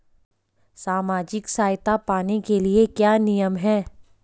सामाजिक सहायता पाने के लिए क्या नियम हैं?